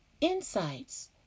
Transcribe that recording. insights